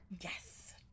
yes